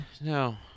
no